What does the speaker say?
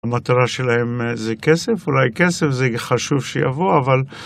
המטרה שלהם זה כסף, אולי כסף זה חשוב שיבוא, אבל